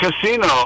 Casino